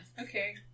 Okay